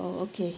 oh okay